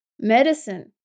medicine